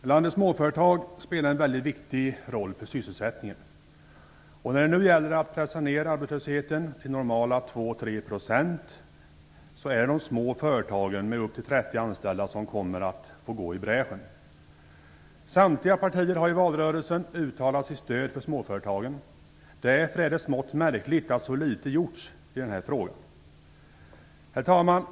Herr talman! Landets småföretag spelar en väldigt viktig roll för sysselsättningen. När det nu gäller att pressa ned arbetslösheten till normala 2-3 % är det de små företagen med upp till 30 anställda som kommer att gå i bräschen. Samtliga partier har i valrörelsen uttalat sitt stöd för småföretagen. Därför är det smått märkligt att så litet har gjorts i den här frågan. Herr talman!